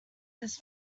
this